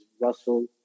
Russell